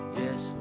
yes